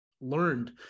learned